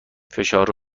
فشار